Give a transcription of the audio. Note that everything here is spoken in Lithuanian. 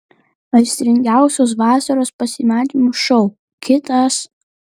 aistringiausias vasaros pasimatymų šou kitas